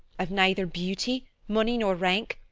i've neither beauty, money, nor rank,